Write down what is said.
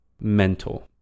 mental